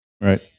Right